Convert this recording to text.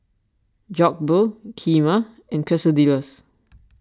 Jokbal Kheema and Quesadillas